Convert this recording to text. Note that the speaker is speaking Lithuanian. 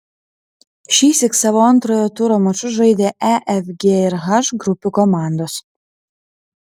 šįsyk savo antrojo turo mačus žaidė e f g ir h grupių komandos